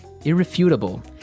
Irrefutable